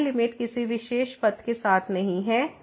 तो यह लिमिट किसी विशेष पथ के साथ नहीं है